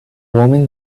woman